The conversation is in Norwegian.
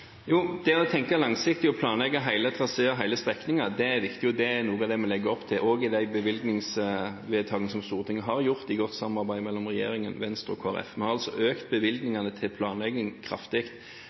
Det å tenke langsiktig og planlegge hele traseer og hele strekninger er viktig og noe av det vi legger opp til i de bevilgningsvedtakene som Stortinget har gjort, i godt samarbeid med regjeringen og Venstre og Kristelig Folkeparti. Vi har altså økt bevilgningene til planlegging kraftig.